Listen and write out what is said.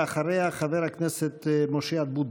ואחריה, חבר הכנסת משה אבוטבול.